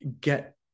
get